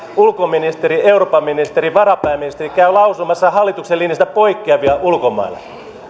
ulkoministeri eurooppaministeri varapääministeri käy lausumassa hallituksen linjasta poikkeavia ulkomailla